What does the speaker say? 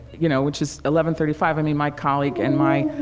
you know, which is eleven thirty five, i mean my colleague and my,